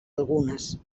algunes